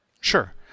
Sure